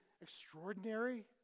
extraordinary